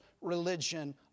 religion